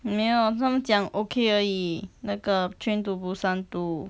没有他们讲 okay 而已那个 train to busan two